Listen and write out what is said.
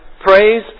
praise